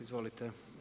Izvolite.